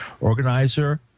Organizer